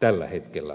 tällä hetkellä on olemassa